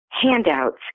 Handouts